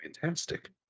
Fantastic